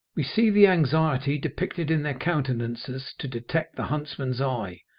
we see the anxiety depicted in their countenances to detect the huntsman's eye,